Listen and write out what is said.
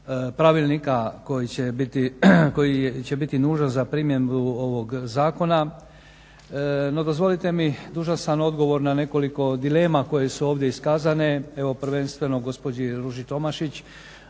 pravilnika koji će biti nužan za primjenu ovog Zakona. No, dozvolite mi, dužan sam odgovor na nekoliko dilema koje su ovdje iskazane. Evo prvenstveno gospođi Ruži Tomašić,